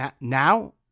now